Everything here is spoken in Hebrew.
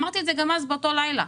אמרתי את זה גם באותו לילה.